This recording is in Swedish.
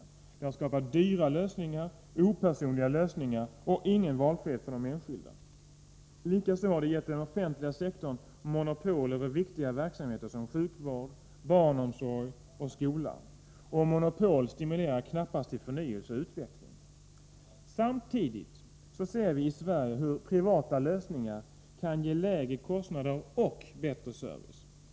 Detta har skapat dyra och opersonliga lösningar, utan någon valfrihet för den enskilde. Likaså har det gett den offentliga sektorn monopol på viktiga verksamheter som sjukvård, barnomsorg och skola. Och monopol stimulerar knappast till förnyelse och utveckling. Samtidigt ser vi i Sverige hur privata lösningar kan ge lägre kostnader och bättre service.